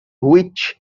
which